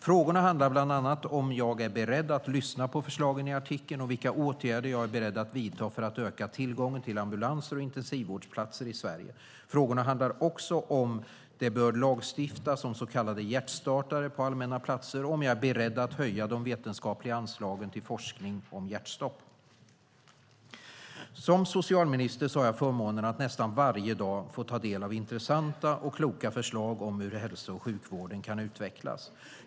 Frågorna handlar bland annat om jag är beredd att lyssna på förslagen i artikeln och vilka åtgärder jag är beredd att vidta för att öka tillgången på ambulanser och intensivvårdsplatser i Sverige. Frågorna handlar också om det bör lagstiftas om så kallade hjärtstartare på allmänna platser och om jag är beredd att höja de vetenskapliga anslagen till forskning om hjärtstopp. Som socialminister har jag förmånen att nästan varje dag få ta del av intressanta och kloka förslag om hur hälso och sjukvården kan utvecklas.